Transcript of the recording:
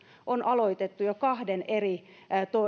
on aloitettu jo kahden eri